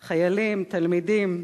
חיילים, תלמידים,